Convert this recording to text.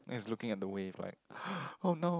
he is looking at the wave like oh no